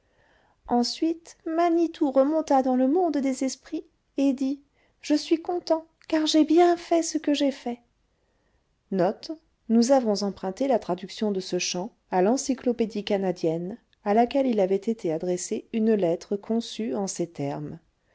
ensuite manitou remonta dans le monde des esprits et dit je suis content car j'ai bien fait ce que j'ai fait de ce chant à l'encyclopédie canadienne à laquelle il avait été adressé une lettre conçue en ces termes